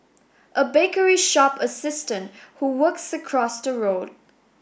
a bakery shop assistant who works across the road